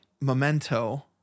memento